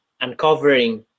uncovering